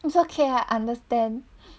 it's okay I understand